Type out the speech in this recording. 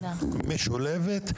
משולבת,